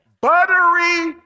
Buttery